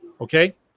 Okay